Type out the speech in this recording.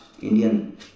Indian